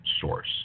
source